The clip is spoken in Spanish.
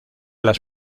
las